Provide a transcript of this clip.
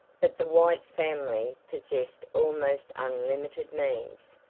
but the white family possessed almost unlimited means,